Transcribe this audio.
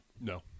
No